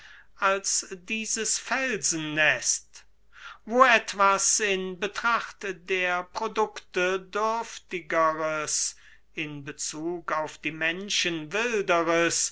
als dieses felsen wo etwas in betracht der produkte dürftigeres in bezug auf die menschen